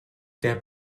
der